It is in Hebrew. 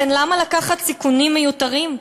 לכן למה לקחת סיכונים מיותרים?